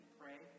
pray